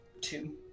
Two